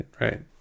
right